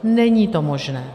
Není to možné.